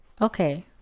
okay